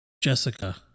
Jessica